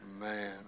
Man